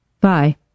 Bye